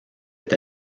est